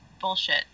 bullshit